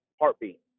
Heartbeat